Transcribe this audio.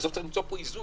בסוף צריך למצוא פה איזון.